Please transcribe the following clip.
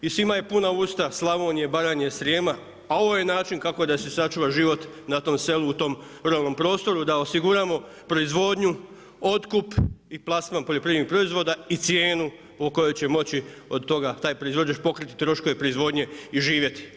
I svima je puna usta Slavonije, Baranje, Srijema, a ovo je način kako da se sačuva život na tom selu u tom ruralnom prostoru, da osiguramo proizvodnju, otkup i plasman poljoprivrednih proizvoda i cijenu po kojoj će moći od toga taj proizvođač pokriti troškove proizvodnje i živjeti.